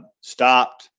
stopped